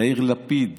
יאיר לפיד